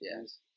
yes